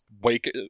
wake